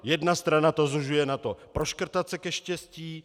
Jedna strana to zužuje na to proškrtat se ke štěstí.